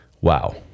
Wow